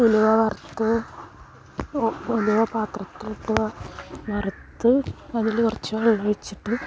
ഉലുവ വറുത്തത് ഉലുവ പാത്രത്തിലിട്ട് വറുത്ത് അതിൽ കുറച്ച് വെള്ളം ഒഴിച്ചിട്ട്